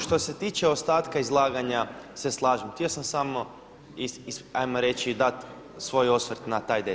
Što se tiče ostatka izlaganja se slažem, htio sam samo ajmo reći dati svoj osvrt na taj detalj.